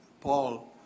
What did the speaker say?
Paul